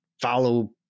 follow